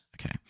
Okay